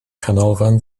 canolfan